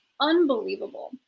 unbelievable